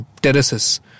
terraces